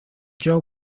joe